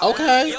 Okay